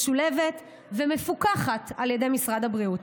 משולבת ומפוקחת על ידי משרד הבריאות.